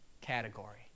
category